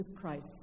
Christ